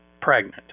pregnant